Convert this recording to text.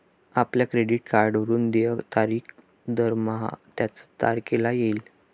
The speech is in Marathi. आपल्या क्रेडिट कार्डवरून देय तारीख दरमहा त्याच तारखेला येईल